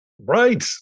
Right